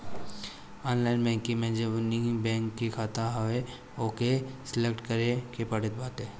online banking में जवनी bank के खाता हवे ओके सलेक्ट करे के पड़त हवे